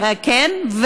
כן.